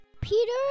Peter